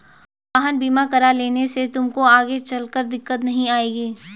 वाहन बीमा करा लेने से तुमको आगे चलकर दिक्कत नहीं आएगी